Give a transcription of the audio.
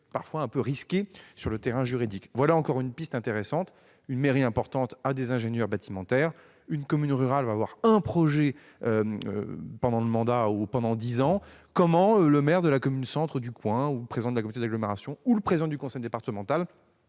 parfois un peu risqué sur le plan juridique. Voilà encore une piste intéressante : une mairie importante a des ingénieurs en bâtiment ; une commune rurale a un projet pendant le mandat de son maire ou pendant dix ans. Comment le maire de la commune-centre, le président de la communauté d'agglomération ou le président du conseil départemental